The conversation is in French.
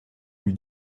lui